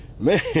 man